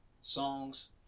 songs